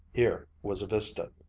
here was a vista,